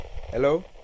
hello